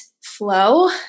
flow